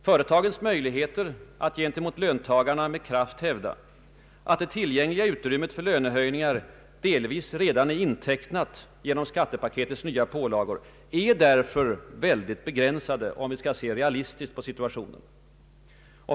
Företagens möjligheter att gentemot löntagarna med kraft hävda att det tillgängliga utrymmet för lönehöjningar delvis redan är intecknat genom skattepaketets nya pålagor är därför mycket begränsade, om vi skall se realistiskt på situationen.